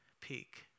peak